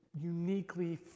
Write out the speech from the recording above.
uniquely